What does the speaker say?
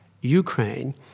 Ukraine